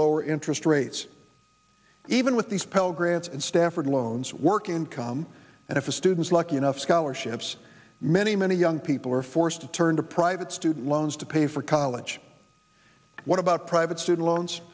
lower interest rates even with these pell grants and stafford loans working income and for students lucky enough scholarships many many young people are forced to turn to private student loans to pay for college what about private student loans